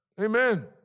Amen